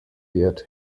wird